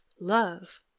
love